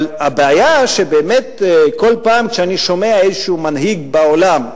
אבל הבעיה היא שבאמת כל פעם כשאני שומע איזשהו מנהיג בעולם,